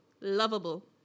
Lovable